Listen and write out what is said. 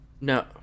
No